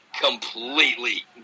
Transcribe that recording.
completely